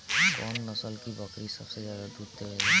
कौन नस्ल की बकरी सबसे ज्यादा दूध देवेले?